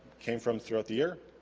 came from throughout the year